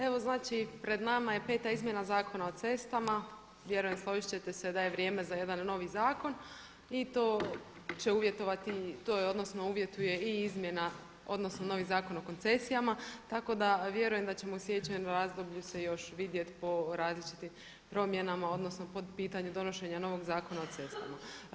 Evo pred nama je peta izmjena Zakona o cestama, vjerujem složit ćete se da je vrijeme za jedan novi zakon i to će uvjetovati to odnosno uvjetuje i izmjena odnosno novi Zakon o koncesijama, tako da vjerujem da ćemo u sljedećem razdoblju se još vidjeti po različitim promjenama odnosno po pitanju donošenja novog Zakona o cestama.